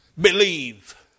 believe